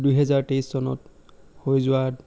দুহেজাৰ তেইছ চনত হৈ যোৱা